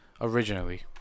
originally